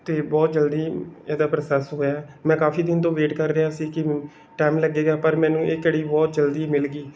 ਅਤੇ ਬਹੁਤ ਜਲਦੀ ਇਹਦਾ ਪਰਸੈਸ ਹੋਇਆ ਮੈਂ ਕਾਫ਼ੀ ਦਿਨ ਤੋਂ ਵੇਟ ਕਰ ਰਿਹਾ ਸੀ ਕਿ ਟੈਮ ਲੱਗੇਗਾ ਪਰ ਮੈਨੂੰ ਇਹ ਘੜੀ ਬਹੁਤ ਜਲਦੀ ਮਿਲ ਗਈ